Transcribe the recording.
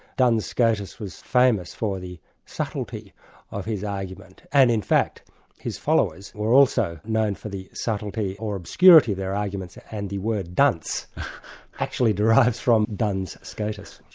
duns scotus was famous for the subtlety of his argument, and in fact his followers were also known for the subtlety or obscurity of their arguments and the word dunce actually derives from duns scotus.